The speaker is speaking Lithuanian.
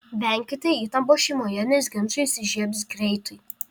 venkite įtampos šeimoje nes ginčai įsižiebs greitai